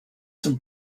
some